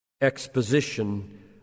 Exposition